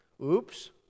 oops